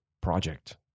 project